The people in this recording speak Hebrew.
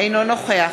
אינו נוכח